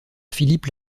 philippe